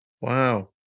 Wow